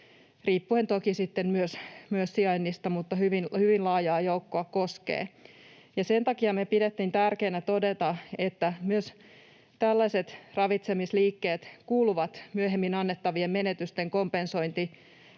riippuen toki myös sijainnista, mutta hyvin laajaa joukkoa koskee. Sen takia me pidettiin tärkeänä todeta, että myös tällaiset ravitsemisliikkeet kuuluvat myöhemmin annettavien menetysten kompensointi